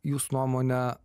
jūsų nuomone